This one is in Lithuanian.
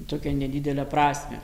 tokią nedidelę prasmę